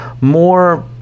more